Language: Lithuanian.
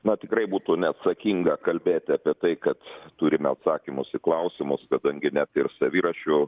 na tikrai būtų neatsakinga kalbėti apie tai kad turime atsakymus į klausimus kadangi net ir savirašių